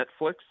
Netflix